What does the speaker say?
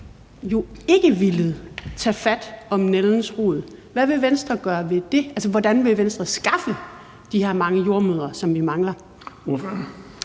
jo ikke villet tage fat om nældens rod. Hvad vil Venstre gøre ved det? Altså, hvordan vil Venstre skaffe de her mange jordemødre, som vi mangler?